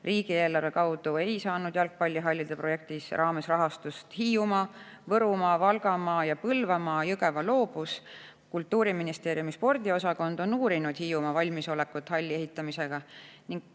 Riigieelarve kaudu ei saanud jalgpallihallide projekti raames rahastust Hiiumaa, Võrumaa, Valgamaa ja Põlvamaa. Jõgeva loobus. Kultuuriministeeriumi spordiosakond on uurinud Hiiumaa halliehitamise